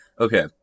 okay